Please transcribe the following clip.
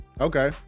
Okay